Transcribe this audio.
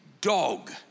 dog